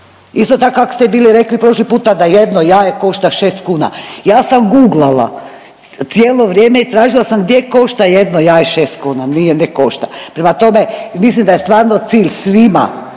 Isto tak kak ste bili rekli prošli puta da jedno jaje košta 6 kuna. Ja sam guglala cijelo vrijeme i tražila sam gdje košta jedno jaje 6 kuna, nije, ne košta. Prema tome, mislim da je stvarno cilj svima,